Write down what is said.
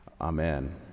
Amen